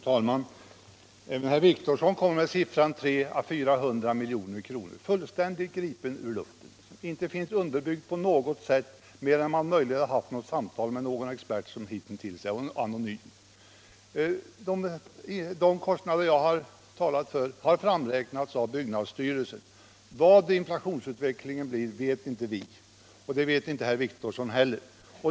Fru talman! Herr Wictorsson kom med siffran 300 å 400 milj.kr., fullständigt gripen ur luften. Den finns inte underbyggd på något sätt mer än möjligen genom samtal med någon expert som hitintills är anonym. De kostnader jag talat för har framräknats av byggnadsstyrelsen. Vad inflationsutvecklingen blir vet inte vi, och det vet inte herr Wictorsson heller.